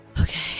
Okay